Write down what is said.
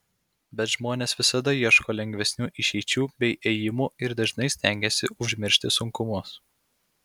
bet žmonės visada ieško lengvesnių išeičių bei ėjimų ir dažnai stengiasi užmiršti sunkumus